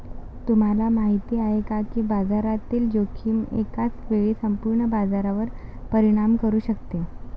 तुम्हाला माहिती आहे का की बाजारातील जोखीम एकाच वेळी संपूर्ण बाजारावर परिणाम करू शकते?